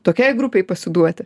tokiai grupei pasiduoti